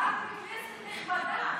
את בכנסת נכבדה.